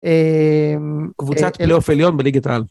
קבוצת אלאוף עליון בליגת העל.